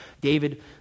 David